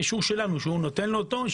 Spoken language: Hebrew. אישור שלנו שנותן לו אותו,